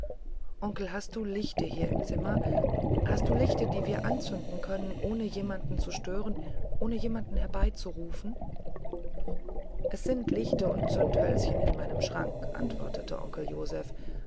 onkel hast du lichte hier im zimmer hast du lichte die wir anzünden können ohne jemand zu stören ohnejemandhereinzurufen es sind lichte und zündhölzchen in meinem schranke antwortete onkel